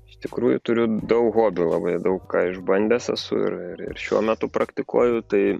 iš tikrųjų turiu daug hobių labai daug ką išbandęs esu ir ir šiuo metu praktikuoju tai